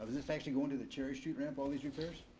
this actually go into the cherry street ramp, all these repairs?